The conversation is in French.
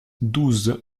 douze